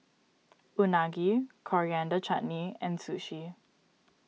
Unagi Coriander Chutney and Sushi